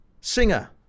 singer